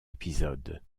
épisode